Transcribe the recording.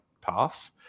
path